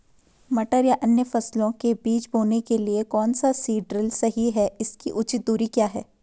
मटर या अन्य फसलों के बीज बोने के लिए कौन सा सीड ड्रील सही है इसकी उचित दूरी क्या है?